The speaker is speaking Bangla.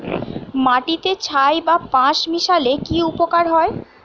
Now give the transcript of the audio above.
মাটিতে ছাই বা পাঁশ মিশালে কি উপকার হয়?